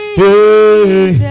hey